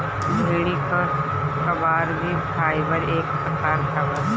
भेड़ी क बार भी फाइबर क एक प्रकार बा